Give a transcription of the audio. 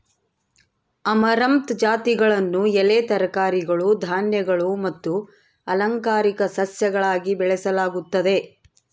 amaranth ಜಾತಿಗಳನ್ನು ಎಲೆ ತರಕಾರಿಗಳು ಧಾನ್ಯಗಳು ಮತ್ತು ಅಲಂಕಾರಿಕ ಸಸ್ಯಗಳಾಗಿ ಬೆಳೆಸಲಾಗುತ್ತದೆ